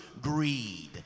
greed